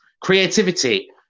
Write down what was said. creativity